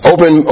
Open